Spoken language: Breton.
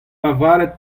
lavaret